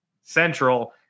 Central